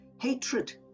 hatred